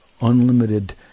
unlimited